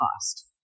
cost